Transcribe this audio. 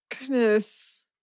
Goodness